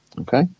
okay